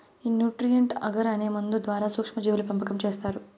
ఈ nutrient agar అనే మందు ద్వారా సూక్ష్మ జీవుల పెంపకం చేస్తారు